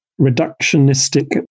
reductionistic